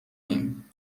ایم